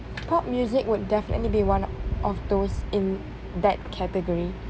pop music would definitely be one of those in that category